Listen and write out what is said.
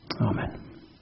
Amen